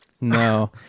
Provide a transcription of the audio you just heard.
No